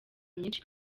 myinshi